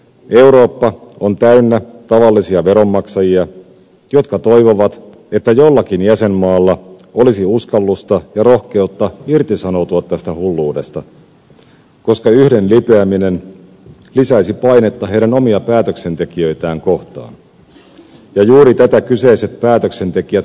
eurooppa on täynnä tavallisia veronmaksajia jotka toivovat että jollakin jäsenmaalla olisi uskallusta ja rohkeutta irtisanoutua tästä hulluudesta koska yhden lipeäminen lisäisi painetta heidän omia päätöksentekijöitään kohtaan ja juuri tätä kyseiset päätöksentekijät kuollakseen pelkäävät